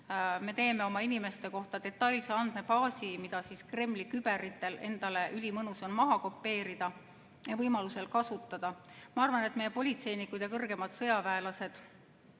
me teeme oma inimeste kohta detailse andmebaasi, mida Kremli küberitel on ülimõnus maha kopeerida ja võimaluse korral kasutada. Ma arvan, et meie politseinikud ja kõrgemad sõjaväelased